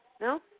No